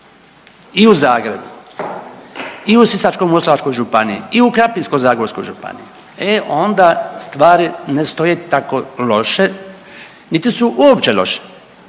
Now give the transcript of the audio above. i u Zagrebu i u Sisačko-moslavačkoj županiji i u Krapinsko-zagorskoj županiji, e onda stvari ne stoje tako loše, niti su uopće loše,